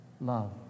love